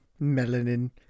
melanin